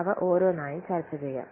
അവ ഓരോന്നായി ചർച്ചചെയ്യാം